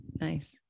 nice